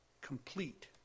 Complete